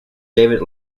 david